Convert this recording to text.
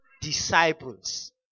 disciples